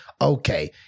Okay